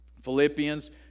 Philippians